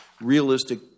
realistic